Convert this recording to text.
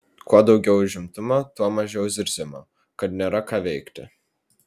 kuo daugiau užimtumo tuo mažiau zirzimo kad nėra ką veikti